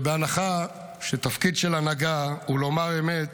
ובהנחה שתפקיד של הנהגה הוא לומר אמת,